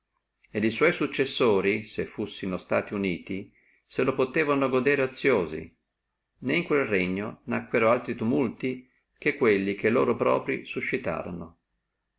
li sua successori se fussino suti uniti se lo potevano godere oziosi né in quello regno nacquono altri tumulti che quelli che loro proprii suscitorono ma